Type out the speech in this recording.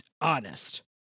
honest